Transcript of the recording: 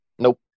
Nope